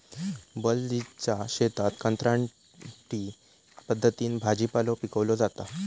बलजीतच्या शेतात कंत्राटी पद्धतीन भाजीपालो पिकवलो जाता